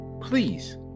Please